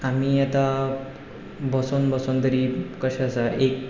आमी आतां बसून बसून तरी कशें आसा एक